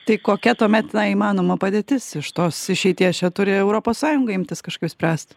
tai kokia tuomet įmanoma padėtis iš tos išeities čia turi europos sąjunga imtis kažką išspręst